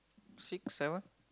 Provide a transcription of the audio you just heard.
six seven